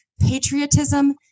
patriotism